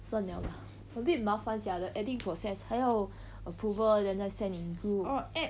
算了啦 a bit 麻烦 sia the adding process 还要 approval then 在 send in group